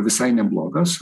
visai neblogas